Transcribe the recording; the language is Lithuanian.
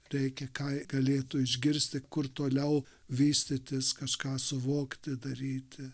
reikia ką galėtų išgirsti kur toliau vystytis kažką suvokti daryti